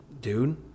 dude